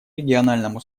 региональному